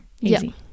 easy